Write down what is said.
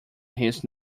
his